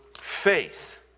faith